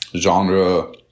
genre